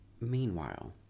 Meanwhile